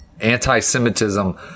anti-Semitism